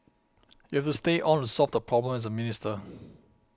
you have to stay on to solve the problem as a minister